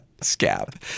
scab